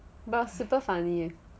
but super funny